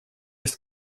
ist